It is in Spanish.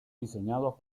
diseñados